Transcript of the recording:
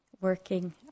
working